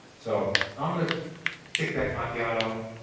so i'm gonna pick that macchiato.